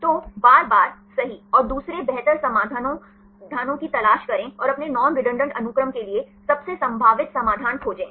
तो बार बार सही और दूसरे बेहतर समाधानों की तलाश करें और अपने नॉन रेडंडान्त अनुक्रम के लिए सबसे संभावित समाधान खोजें